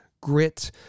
grit